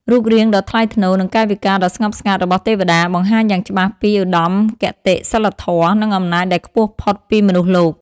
រូបរាងដ៏ថ្លៃថ្នូរ និងកាយវិការដ៏ស្ងប់ស្ងាត់ របស់ទេវតា បង្ហាញយ៉ាងច្បាស់ពីឧត្តមគតិសីលធម៌ និងអំណាចដែលខ្ពស់ផុតពីមនុស្សលោក។